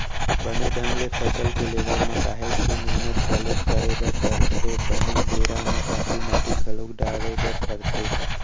बने ढंग ले फसल के लेवब म काहेच के मेहनत घलोक करे बर परथे, बने बेरा म खातू माटी घलोक डाले बर परथे